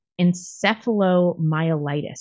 encephalomyelitis